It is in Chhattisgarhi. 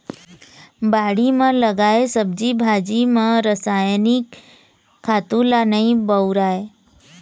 बाड़ी म लगाए सब्जी भाजी म रसायनिक खातू ल नइ बउरय